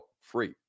free